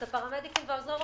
את הפרמדיקים ועוזרי הרופא.